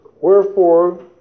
Wherefore